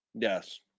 Yes